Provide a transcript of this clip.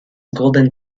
golden